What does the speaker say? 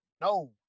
no